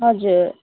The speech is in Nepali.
हजुर